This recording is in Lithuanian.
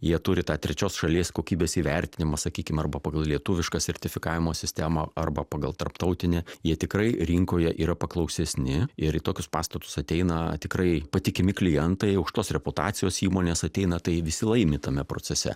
jie turi tą trečios šalies kokybės įvertinimą sakykim arba pagal lietuvišką sertifikavimo sistemą arba pagal tarptautinę jie tikrai rinkoje yra paklausesni ir į tokius pastatus ateina tikrai patikimi klientai aukštos reputacijos įmonės ateina tai visi laimi tame procese